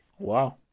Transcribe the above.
Wow